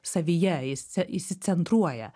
savyje įs įsicentruoja